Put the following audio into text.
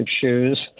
shoes